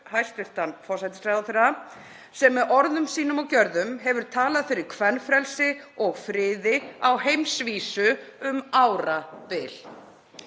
hæstv. forsætisráðherra, sem með orðum sínum og gjörðum hefur talað fyrir kvenfrelsi og friði á heimsvísu um árabil.